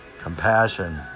compassion